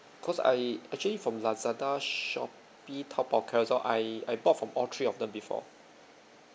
cause I actually from Lazada Shopee Taobao Carousell I I bought from all three of them before